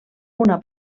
una